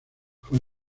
fue